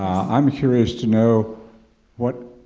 i'm curious to know what